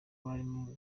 barimo